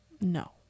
No